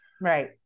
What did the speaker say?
Right